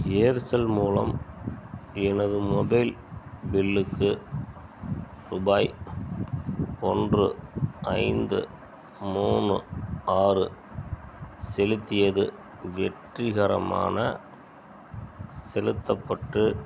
Aircel மூலம் எனது mobile பில்லுக்கு ரூபாய் ஒன்று ஐந்து மூணு ஆறு செலுத்தியது வெற்றிகரமான செலுத்தப்பட்டு